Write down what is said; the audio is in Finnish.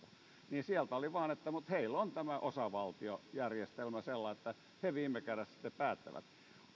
niin sieltä tuli vain että heillä on tämä osavaltiojärjestelmä sellainen että he viime kädessä sen päättävät